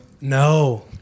No